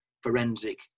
forensic